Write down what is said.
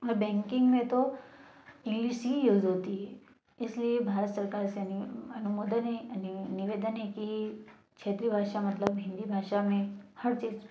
और बैंकिंग में तो इंग्लिश ही यूज़ होती है इसलिए भारत सरकार से निवेदन है कि क्षेत्रीय भाषा में मतलब हिंदी भाषा में हर चीज़